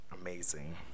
Amazing